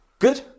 Good